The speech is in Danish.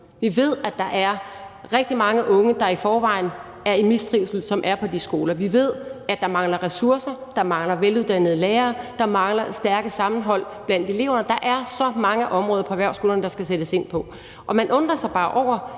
Vi ved, at der er rigtig mange unge, der i forvejen er i mistrivsel, som er på de skoler. Vi ved, at der mangler ressourcer, at der mangler veluddannede lærere, og at der mangler stærke sammenhold blandt eleverne. Der er så mange områder på erhvervsskolerne, der skal sættes ind på, og det kan bare undre,